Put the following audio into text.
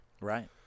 right